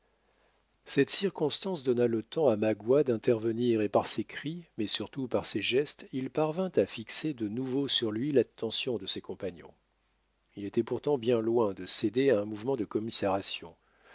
cette circonstance donna le temps à magua d'intervenir et par ses cris mais surtout par ses gestes il parvint à fixer de nouveau sur lui l'attention de ses compagnons il était pourtant bien loin de céder à un mouvement de commisération